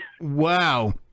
Wow